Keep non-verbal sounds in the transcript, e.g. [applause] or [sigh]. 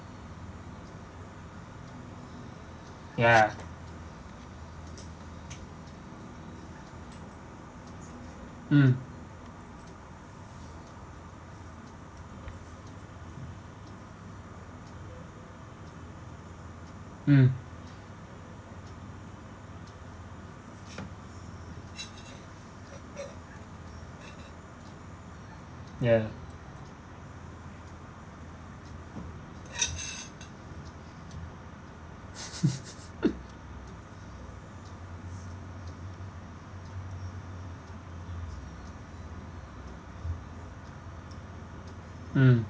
ya mm mm ya [laughs] mm